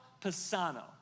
Pisano